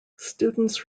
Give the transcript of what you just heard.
students